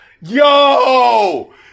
Yo